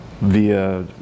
via